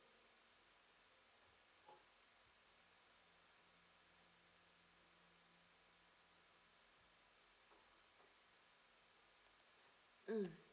mm